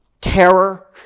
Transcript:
terror